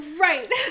right